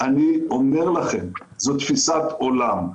אני אומר לכם: זו תפיסת עולם.